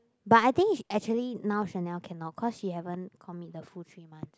but I think actually now Chanel cannot cause she haven't commit the full three month